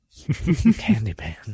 Candyman